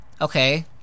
Okay